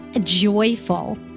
joyful